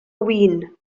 win